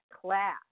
class